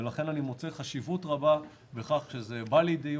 אני מוצא חשיבות רבה בכך שזה בא לידי